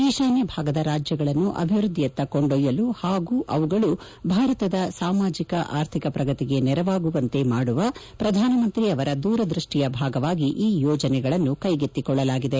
ಈಶಾನ್ಯ ಭಾಗದ ರಾಜ್ಯಗಳನ್ನು ಅಭಿವೃದ್ಧಿಯತ್ತ ಕೊಂಡೊಯ್ಯಲು ಹಾಗೂ ಅವುಗಳು ಭಾರತದ ಸಾಮಾಜಿಕ ಆರ್ಥಿಕ ಪ್ರಗತಿಗೆ ನೆರವಾಗುವಂತೆ ಮಾಡುವ ಪ್ರಧಾನಮಂತ್ರಿ ಅವರ ದೂರದೃಷ್ಟಿಯ ಭಾಗವಾಗಿ ಈ ಯೋಜನೆಗಳನ್ನು ಕೈಗೆತ್ತಿಕೊಳ್ಳಲಾಗಿದೆ